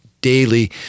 daily